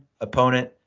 opponent